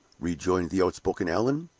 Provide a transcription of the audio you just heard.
rejoined the outspoken allan.